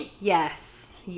Yes